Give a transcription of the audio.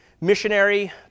missionary